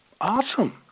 Awesome